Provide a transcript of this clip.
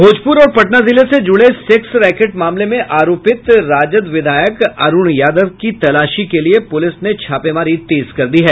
भोजपुर और पटना जिले से जुड़े सेक्स रैकट मामले में आरोपित राजद विधायक अरूण यादव की तलाशी के लिये पूलिस ने छापेमारी तेज कर दी है